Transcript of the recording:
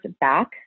back